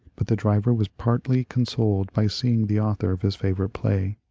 but the driver was partly consoled by seeing the author of his favourite play,